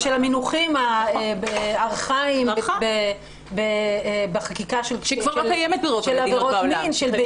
ושל המנוחים הארכאיים בחקיקה של עבירות מין -- נכון.